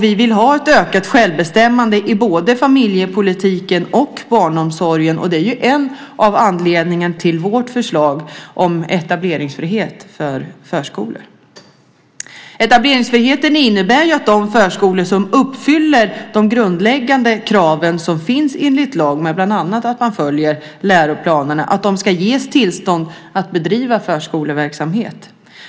Vi vill ha ett ökat självbestämmande i både familjepolitiken och barnomsorgen. Det är en av anledningarna till vårt förslag om etableringsfrihet för förskolor. Etableringsfriheten innebär ju att de förskolor som uppfyller de grundläggande krav som finns enligt lagen, bland annat att man följer läroplanerna, ska ges tillstånd att bedriva förskoleverksamhet.